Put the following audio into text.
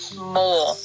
more